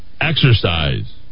exercise